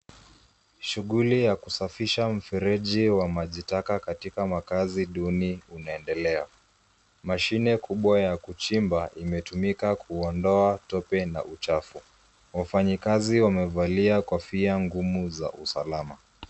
Shughuli ya kusafisha mfereji wa maji taka katika makazi duni unaendelea. Mashine kubwa ya kuchimba imetumika kuondoa tope na uchafu. Wafanyikazi wamevalia kofia ngumu za usalama.